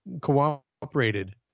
cooperated